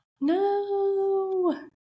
no